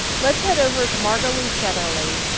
let's head over to margo lee shetterly,